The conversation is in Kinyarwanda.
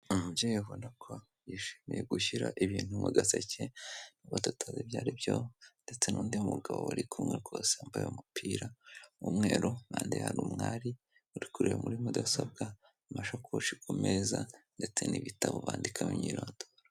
Umubyeyi ubona ko yishimiye gushyira ibintu mu gaseke nubwo tutazi ibyo ari byo, ndetse n'undi mugabo bari kumwe rwose wambaye umupira w'umweru, iruhande hari umwari uri kureba muri mudasobwa, amashakoshi ku meza, ndetse n'ibitabo bandikamo imyirondoro.